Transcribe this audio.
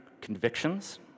convictions